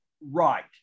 right